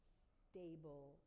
stable